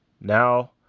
Now